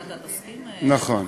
אם אתה תסכים, נכון.